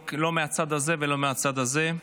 לא מהצד הזה ולא מהצד הזה.